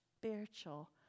spiritual